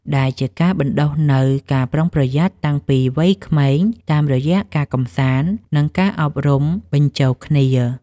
ដែលជាការបណ្ដុះនូវការប្រុងប្រយ័ត្នតាំងពីវ័យក្មេងតាមរយៈការកម្សាន្ត និងការអប់រំបញ្ចូលគ្នា។